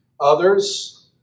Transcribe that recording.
Others